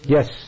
Yes